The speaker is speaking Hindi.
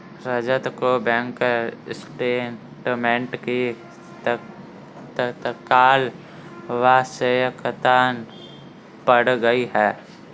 रजत को बैंक स्टेटमेंट की तत्काल आवश्यकता पड़ गई है